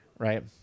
Right